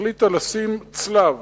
החליטה לשים צלב